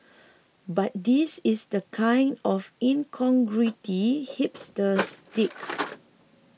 but this is the kind of incongruity hipsters dig